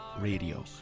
Radio